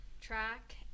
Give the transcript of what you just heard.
track